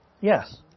Yes